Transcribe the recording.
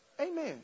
Amen